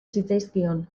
zitzaizkion